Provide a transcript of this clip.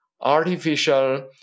artificial